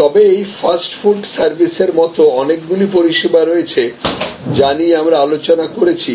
তবে এই fast food সার্ভিসের মতো অনেকগুলি পরিসেবা রয়েছে যা নিয়ে আমরা আলোচনা করেছি